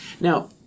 Now